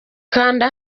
kanda